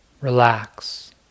relax